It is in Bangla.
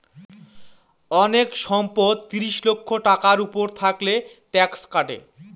অনেক সম্পদ ত্রিশ লক্ষ টাকার উপর থাকলে ট্যাক্স কাটে